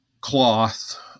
cloth